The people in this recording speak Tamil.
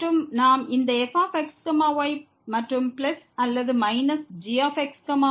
மீண்டும் நாம் இந்த fx y மற்றும் பிளஸ் அல்லது மைனஸ் gx